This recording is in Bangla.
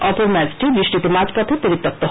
অপর ম্যাচটি বৃষ্টিতে মাঝপথে পরিত্যক্ত হয়